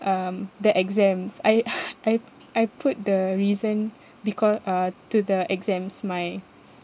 um the exams I I I put the reason becau~ uh to the exams my